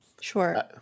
Sure